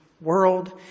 world